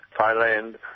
Thailand